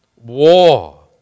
war